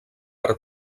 per